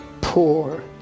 poor